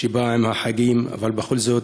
שבא עם החגים, אבל בכל זאת,